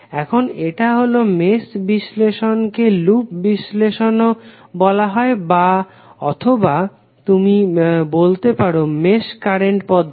এখন এটা হলো মেশ বিশ্লেষণ কে লুপ বিশ্লেষণ ও বলা হয় অথবা তুমি বলতে পারো মেশ কারেন্ট পদ্ধতি